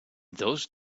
those